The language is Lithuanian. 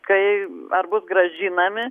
kai ar bus grąžinami